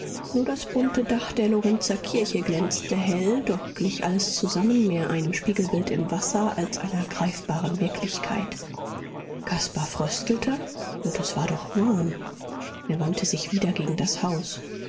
nur das bunte dach der lorenzerkirche glänzte hell doch glich alles zusammen mehr einem spiegelbild im wasser als einer greifbaren wirklichkeit caspar fröstelte und es war doch warm er wandte sich wieder gegen das haus